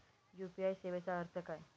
UPI सेवेचा अर्थ काय?